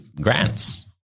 grants